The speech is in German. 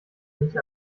nicht